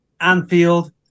Anfield